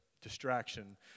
distraction